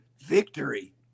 victory